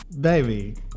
Baby